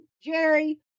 Jerry